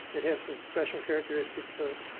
it has some special characteristics of